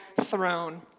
throne